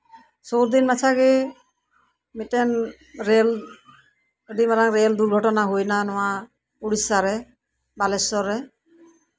ᱥᱩᱨᱫᱤᱱ ᱢᱟᱪᱷᱟᱜᱮ ᱢᱤᱫᱴᱟᱱ ᱨᱮᱞ ᱟᱹᱰᱤ ᱢᱟᱨᱟᱝ ᱨᱮᱞ ᱫᱩᱨᱜᱷᱚᱴᱚᱱᱟ ᱦᱩᱭ ᱮᱱᱟ ᱱᱚᱶᱟ ᱩᱲᱤᱥᱥᱟᱨᱮ ᱵᱟᱞᱮᱥᱥᱚᱨ ᱨᱮ